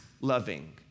loving